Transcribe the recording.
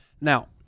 Now